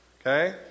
Okay